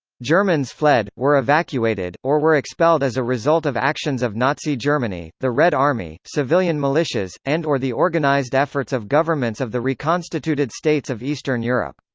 germans fled, were evacuated, or were expelled as a result of actions of nazi germany, the red army, civilian militias, and or the organized efforts of governments of the reconstituted states of eastern europe.